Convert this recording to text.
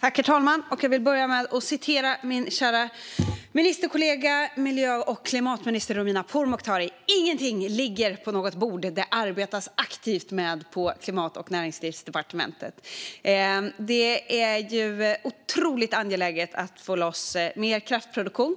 Herr talman! Jag vill börja med att återge vad min kära kollega miljö och klimatminister Romina Pourmokhtari har sagt: Ingenting ligger på något bord. Det arbetas aktivt med detta på Klimat och näringslivsdepartementet. Det är otroligt angeläget att få loss mer kraftproduktion,